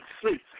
sleep